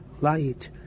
light